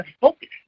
focus